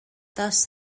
thus